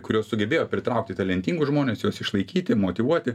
kurios sugebėjo pritraukti talentingus žmones juos išlaikyti motyvuoti